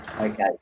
Okay